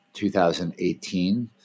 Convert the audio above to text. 2018